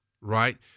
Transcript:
right